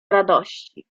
radości